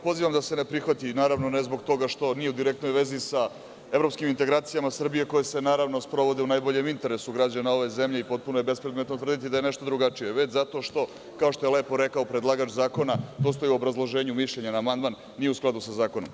Pozivam da se ne prihvati, naravno, ne zbog toga što nije u direktnoj vezi sa evropskim integracijama Srbije, koje se, naravno, sprovode u najboljem interesu građana ove zemlje i potpuno je bespredmetno tvrditi da je nešto drugačije, već zato što, kao što je lepo rekao predlagač zakona, to stoji u obrazloženju mišljenja na amandman – nije u skladu sa zakonom.